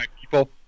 people